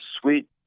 sweet